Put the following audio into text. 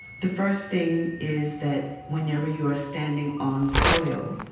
the first thing is that whenever you are standing on soil,